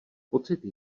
pocity